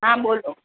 હાં બોલો